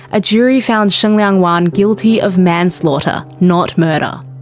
a jury found shengliang wan guilty of manslaughter, not murder.